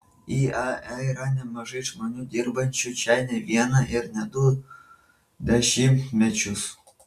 iae yra nemažai žmonių dirbančių čia ne vieną ir ne du dešimtmečius